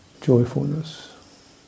joyfulness